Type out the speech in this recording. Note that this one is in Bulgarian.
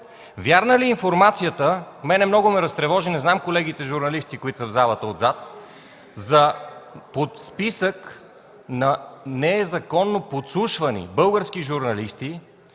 Вярна ли е информацията – мен много ме разтревожи, не знам колегите журналисти, които са в залата отзад, за списък на незаконно подслушвани български журналисти,